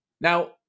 Now